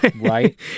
Right